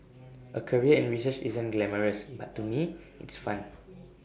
A career in research isn't glamorous but to me it's fun